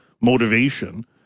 motivation